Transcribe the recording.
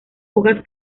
hojas